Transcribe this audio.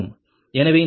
எனவே இந்த மதிப்புகள் 0